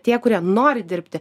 tie kurie nori dirbti